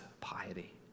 piety